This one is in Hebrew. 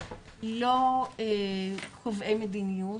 לא קובעי מדיניות,